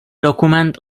dokument